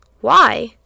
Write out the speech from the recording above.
Why